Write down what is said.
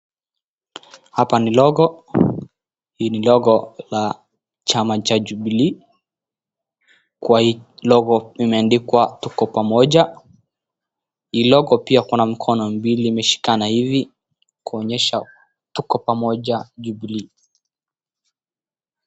Hapa ni logo. Hii ni logo la chama cha Jubilee. Kwa hii logo imeandikwa tuko pamoja. Hii logo pia kuna mkono mbili iliyoshikana hivi kuonyesha tuko pamoja Jubilee.